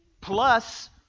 plus